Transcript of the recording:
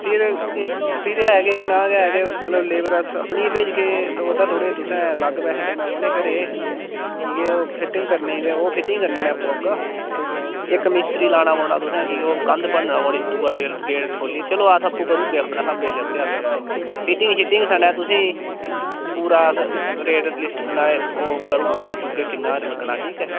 फ्ही फ्ही एह् ऐ कि इन्ना ऐ क मतलब लेबर अस अपनी गै भेजगे ते ओह्दा थोह्ड़ा तुसें लग्ग पैसे देना पौने घरे दे की के ओह् फिटिंग करनी ते ओह् फिटिंग करने ईं में आपूं औगा इक मिस्त्री लाना पौना तुसें की ओह् कंध भन्नना पौनी दूआ गेट ठोह्ली चलो अस आपूं करीओड़गे अपने स्हाबै ई लेई औगे अस फिटिंग शिटिंग सनें तुसें ई पूरा अस रेट लिस्ट बनाई ओह् करी ओड़गे भेजी ओड़गे किन्ना क लग्गना ठीक ऐ